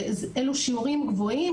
אלה שיעורים גבוהים.